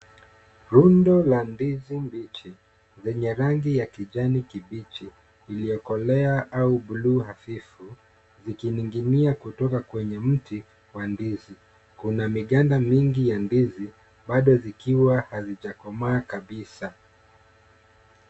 Rundo la ndizi mbichi yenye rangi ya kijani kibichi iliyokolea au blue hafifu zikining'inia kutoka kwenye mti wa ndizi. Kuna miganda mingi yq ndizi bado zikiwa hazijakomaa kabisa.